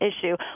issue